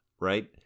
right